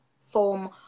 form